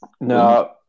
No